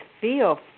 feel